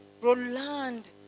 Roland